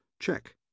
Check